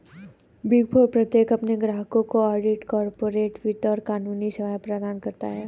big four प्रत्येक अपने ग्राहकों को ऑडिट, कॉर्पोरेट वित्त और कानूनी सेवाएं प्रदान करता है